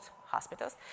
hospitals